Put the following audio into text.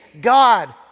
God